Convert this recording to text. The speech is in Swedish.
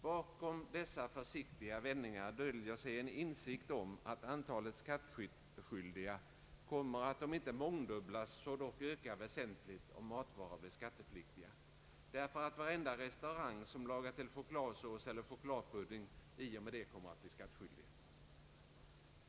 Bakom dessa försiktiga vändningar döljer sig en insikt om att antalet skattskyldiga kommer att om inte mångdubblas så dock öka väsentligt om matvaror blir skattepliktiga, därför att varenda restaurang som lagar till chokladsås eller chokladpudding i och med det kommer att bli skattskyldig.